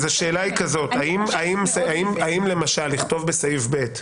השאלה היא האם למשל לכתוב בסעיף (ב)